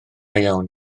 iawn